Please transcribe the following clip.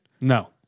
No